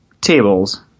tables